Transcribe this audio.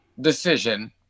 decision